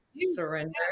surrender